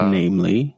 namely